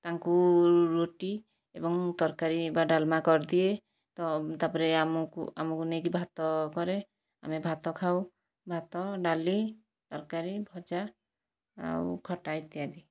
ତାଙ୍କୁ ରୁଟି ଏବଂ ତରକାରୀ ବା ଡାଲମା କରିଦିଏ ତ ତା'ପରେ ଆମକୁ ଆମକୁ ନେଇକି ଭାତ କରେ ଆମେ ଭାତ ଖାଉ ଭାତ ଡାଲି ତରକାରୀ ଭଜା ଆଉ ଖଟା ଇତ୍ୟାଦି